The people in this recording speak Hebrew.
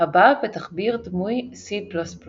הבא בתחביר דמוי-++C